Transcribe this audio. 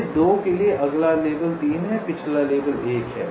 इस 2 के लिए अगला लेबल 3 है पिछला लेबल 1 है